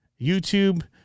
YouTube